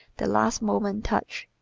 the last moment touch.